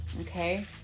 Okay